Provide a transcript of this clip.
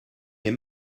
les